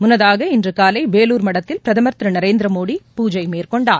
முன்னதாக இன்று காலை பேலூர் மடத்தில் பிரதமர் திரு நரேந்திரமோடி பூஜை மேற்கொண்டார்